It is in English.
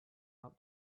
out